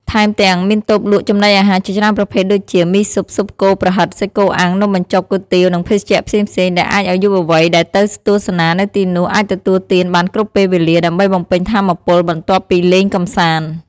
ថែមទាំង មានតូបលក់ចំណីអាហារជាច្រើនប្រភេទដូចជា ម៊ីស៊ុប ស៊ុបគោ ប្រហិត សាច់គោអាំង នំបញ្ចុក គុយទាវ និងភេសជ្ជៈផ្សេងៗ ដែលអាចឱ្យយុវវ័យដែលទៅទស្សនានៅទីនោះអាចទទួលទានបានគ្រប់ពេលវេលា ដើម្បីបំពេញថាមពលបន្ទាប់ពីលេងកម្សាន្ត។